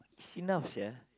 it's enough ya